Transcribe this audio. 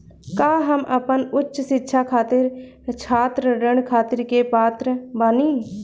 का हम अपन उच्च शिक्षा खातिर छात्र ऋण खातिर के पात्र बानी?